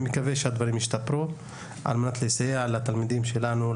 אני מקווה שהדברים ישתפרו על מנת לסייע לתלמידים שלנו,